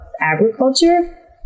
agriculture